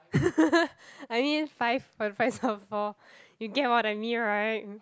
i mean five for the price of four you get what I mean right